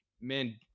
man